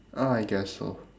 ah I guess so